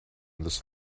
this